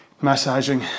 massaging